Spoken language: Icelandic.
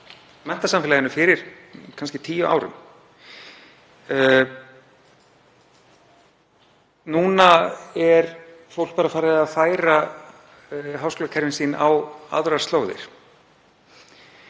menntasamfélaginu fyrir kannski tíu árum. Núna er fólk bara farið að færa háskólakerfin sín á aðrar slóðir.